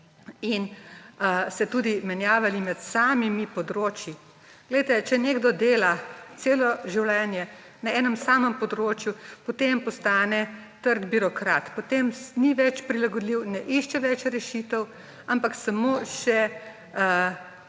in se tudi menjavali med samimi področji. Če nekdo dela celo življenje na enem samem področju, potem postane trd birokrat, potem ni več prilagodljiv, ne išče več rešitev, ampak samo še